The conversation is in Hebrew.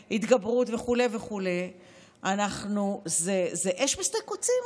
והסבירות והתגברות וכו' וכו' זה אש בשדה קוצים,